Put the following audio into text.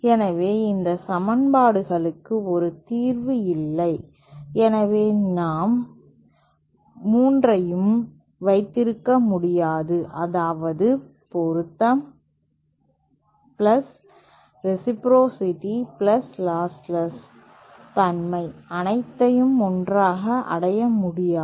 எனவே இந்த சமன்பாடுகளுக்கு ஒரு தீர்வு இல்லை எனவே நாம் 3 ஐ யும் வைத்திருக்க முடியாது அதாவது பொருத்தம் ரேசிப்ரோசிடி லாஸ்லஸ் தன்மை அனைத்தையும் ஒன்றாக அடைய முடியாது